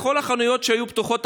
בכל החנויות שהיו פתוחות,